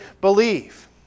believe